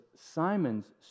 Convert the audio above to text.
Simon's